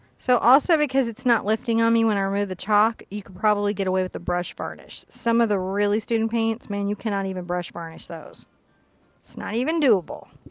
so also because it's not lifting on me when i removed the chalk, you can probably get away with a brush varnish. some of the really student paints, man you cannot even brush varnish those. it's not even doable.